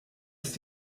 ist